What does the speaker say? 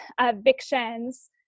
evictions